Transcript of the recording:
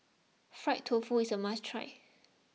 Fried Tofu is a must try